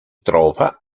trova